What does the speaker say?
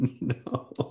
No